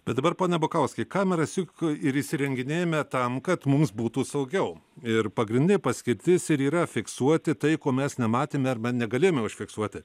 bet dabar pone bukauskai kameras juk ir įsirenginėjame tam kad mums būtų saugiau ir pagrindė paskirtis ir yra fiksuoti tai ko mes nematėme arba negalėjome užfiksuoti